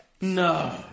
No